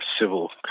civil